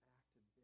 acted